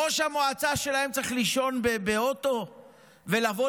ראש המועצה שלהם צריך לישון באוטו ולבוא